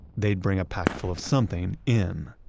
they'd bring a pack full of something in.